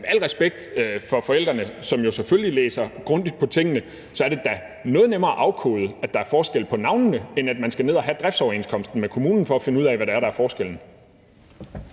al respekt for forældrene, som jo selvfølgelig læser grundigt på tingene, at det er noget nemmere at afkode, at der er forskel på navnene, end at man skal ind at læse driftsoverenskomsten med kommunen for at finde ud af, hvad det er, der er forskellen.